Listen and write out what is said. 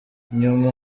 nyuma